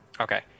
Okay